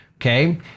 okay